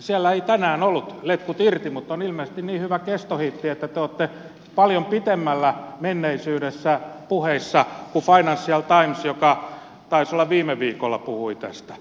siellä ei tänään ollut letkut irti mutta on ilmeisesti niin hyvä kestohitti että te olette paljon pitemmällä menneisyydessä puheissa kuin financial times joka taisi olla viime viikolla puhui tästä